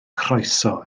croeso